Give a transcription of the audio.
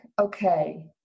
okay